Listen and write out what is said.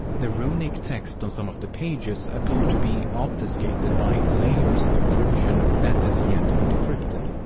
the runic text on some of the pages appear to be obfuscated by layers of encryption that has yet to be decrypted.